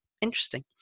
interesting